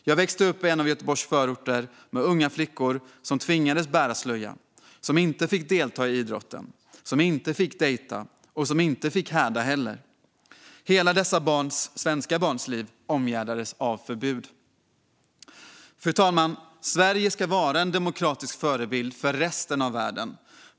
Jag växte upp i en av Göteborgs förorter där unga flickor tvingades bära slöja, inte fick delta i idrotten, inte fick dejta och inte heller fick häda. Dessa svenska barns hela liv omgärdades av förbud. Fru talman! Sverige ska vara en demokratisk förebild för resten av världen.